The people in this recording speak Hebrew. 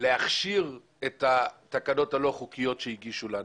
להכשיר את התקנות הלא חוקיות שהגישו לנו.